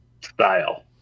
style